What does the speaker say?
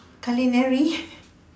culinary